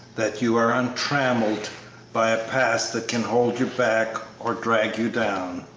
that you are untrammelled by a past that can hold you back or drag you down.